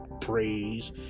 praise